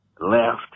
Left